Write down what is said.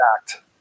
act